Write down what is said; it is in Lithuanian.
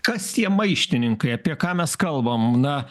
kas tie maištininkai apie ką mes kalbam na